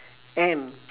and